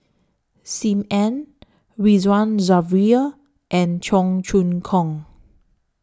SIM Ann Ridzwan Dzafir and Cheong Choong Kong